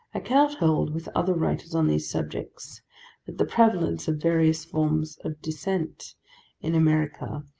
i cannot hold with other writers on these subjects that the prevalence of various forms of dissent in america,